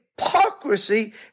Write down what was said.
hypocrisy